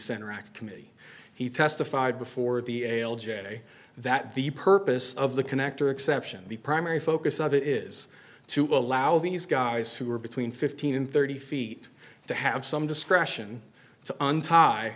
center act committee he testified before the ail j f k that the purpose of the connector exception the primary focus of it is to allow these guys who are between fifteen and thirty feet to have some discretion to untie